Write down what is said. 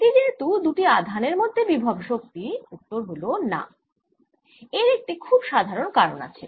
এটি যেহেতু দুটি আধানের মধ্যে বিভব শক্তি উত্তর হল না এর একটি খুব সাধারণ কারণ আছে